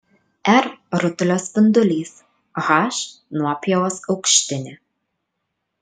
r rutulio spindulys h nuopjovos aukštinė